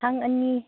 ꯊꯥꯡ ꯑꯅꯤ